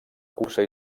cursa